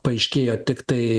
paaiškėjo tiktai